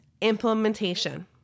implementation